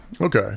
okay